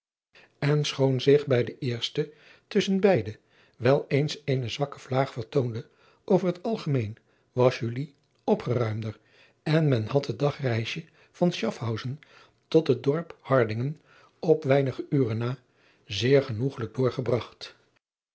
n schoon zich bij de eerste tusschen beide wel eens eene zwakke vlaag vertoonde over het algemeen was opgeruimder en men had het dagreisje van chafhausen tot het dorp ardingen op weinige uren na zeer genoegelijk doorgebragt